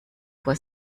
vor